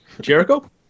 Jericho